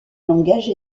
langage